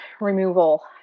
removal